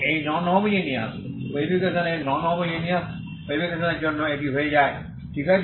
এই non homogeneous wave equation এর জন্য এটি হয়ে যায় ঠিক আছে